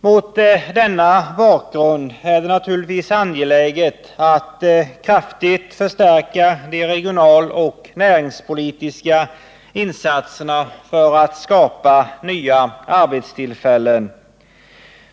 Mot denna bakgrund är det naturligtvis angeläget att kraftigt förstärka de regionaloch näringspolitiska insatserna för att skapa nya arbetstillfällen.